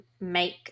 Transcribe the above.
make